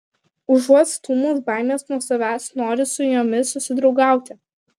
užuot stūmus baimes nuo savęs nori su jomis susidraugauti